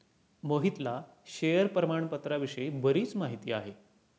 मोहितला शेअर प्रामाणपत्राविषयी बरीच माहिती आहे